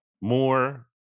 more